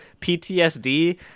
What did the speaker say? PTSD